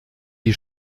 die